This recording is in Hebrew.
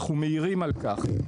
אנחנו מעירים על כך.